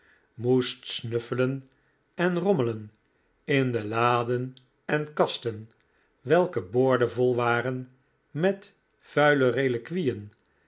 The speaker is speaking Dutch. moest snuffelelen en rommelen in de laden en kasten welke boordevol waren met vuile reliquieen